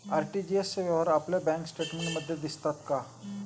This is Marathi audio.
आर.टी.जी.एस चे व्यवहार आपल्या बँक स्टेटमेंटमध्ये दिसतात का?